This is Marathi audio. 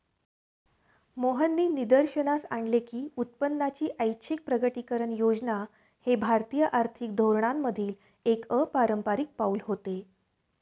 मोहननी निदर्शनास आणले की उत्पन्नाची ऐच्छिक प्रकटीकरण योजना हे भारतीय आर्थिक धोरणांमधील एक अपारंपारिक पाऊल होते